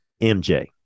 MJ